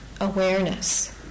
awareness